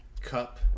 cup